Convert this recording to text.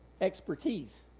expertise